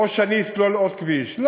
או שאסלול עוד כביש.